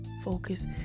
Focus